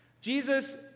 Jesus